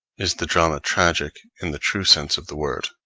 is the drama tragic in the true sense of the word